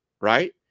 Right